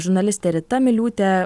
žurnalistė rita miliūtė